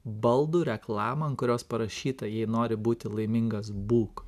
baldų reklamą ant kurios parašyta jei nori būti laimingas būk